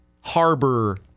harbor